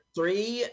three